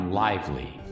lively